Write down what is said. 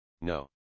No